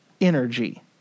energy